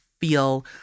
feel